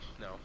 No